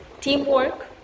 Teamwork